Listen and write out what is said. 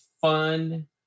fun